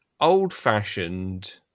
old-fashioned